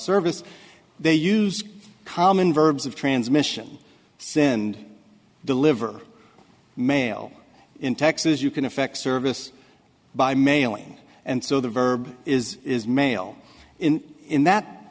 service they use common verbs of transmission send deliver mail in texas you can affect service by mailing and so the verb is is male in that